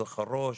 בתוך הראש,